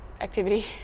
activity